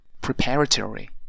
preparatory